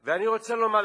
ואני רוצה לומר לך,